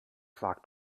sagt